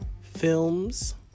films